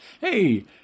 Hey